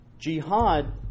jihad